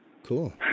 cool